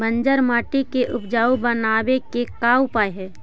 बंजर मट्टी के उपजाऊ बनाबे के का उपाय है?